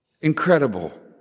incredible